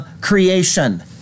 creation